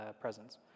presence